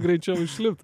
greičiau išlipt